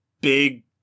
big